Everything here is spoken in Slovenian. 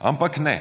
Ampak ne.